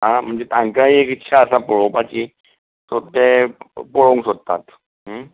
आ म्हणजे तांकांय इत्सा आसा पळोपाची सो ते पोळोवंक सोदतात ओके